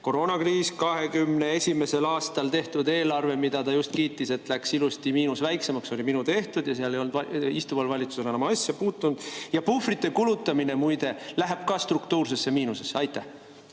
koroonakriis. 2021. aastal tehtud eelarve, mida ta just kiitis, et miinus läks ilusti väiksemaks, oli minu tehtud ja seal ei olnud istuval valitsusel asja, [nemad sellesse] ei puutunud. Ja puhvrite kulutamine, muide, läheb ka struktuursesse miinusesse. Aitäh!